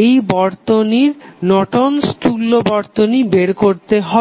এই বর্তনীর নর্টন'স তুল্য Nortons equivalent বর্তনী বের করতে হবে